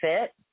fit